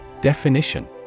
Definition